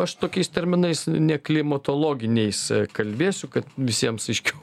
aš tokiais terminais ne klimatologiniais kalbėsiu kad visiems aiškiau